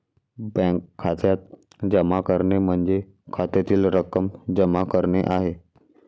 bank खात्यात जमा करणे म्हणजे खात्यातील रक्कम जमा करणे आहे